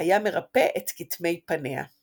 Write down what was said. היה מרפא את כתמי פניה...